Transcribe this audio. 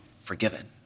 forgiven